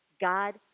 God